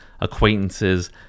acquaintances